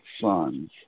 sons